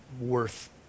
worth